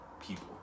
people